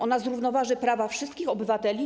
Ona zrównoważy prawa wszystkich obywateli.